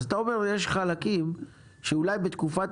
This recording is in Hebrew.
אז אתה אומר יש חלקים שאולי בתקופת